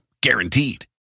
guaranteed